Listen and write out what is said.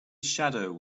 shadow